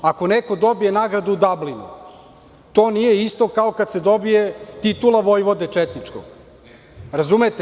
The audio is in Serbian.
Ako neko dobije nagradu u Dablinu, to nije isto kao kada se dobije titula „vojvode“ četničkog, razumete?